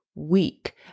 week